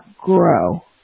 grow